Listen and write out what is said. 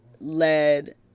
led